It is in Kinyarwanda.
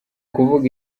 kuvuga